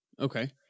Okay